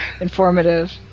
informative